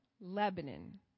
Lebanon